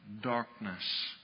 darkness